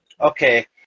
Okay